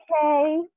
okay